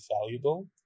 valuable